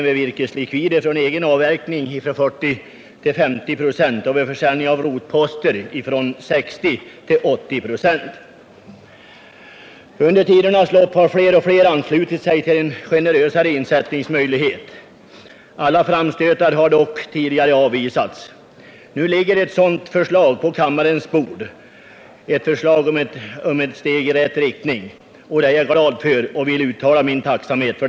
Vid virkeslikvider från egen avverkning skulle det bli en höjning från 40 till 50 96 och vid försäljning av rotposter från 60 till 80 96. Under tidernas lopp har fler och fler anslutit sig till en generösare insättningsmöjlighet. Alla framstötar har dock tidigare avvisats. Nu ligger ett sådant förslag på kammarens bord — ett steg i rätt riktning — och det är jag glad för och vill uttala min tacksamhet för.